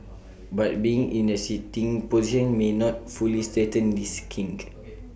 but being in A sitting position may not fully straighten this kink